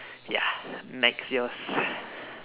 ya next yours